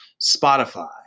Spotify